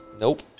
Nope